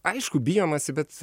aišku bijomasi bet